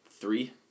three